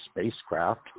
spacecraft